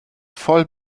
voll